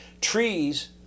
trees